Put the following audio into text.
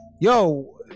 yo